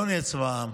לא נהיה צבא העם.